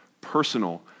personal